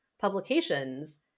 publications